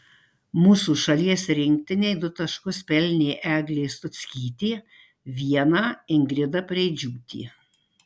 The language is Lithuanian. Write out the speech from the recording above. mūsų šalies rinktinei du taškus pelnė eglė stuckytė vieną ingrida preidžiūtė